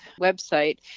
website